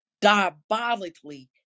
diabolically